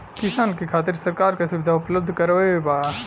किसान के खातिर सरकार का सुविधा उपलब्ध करवले बा?